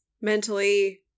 mentally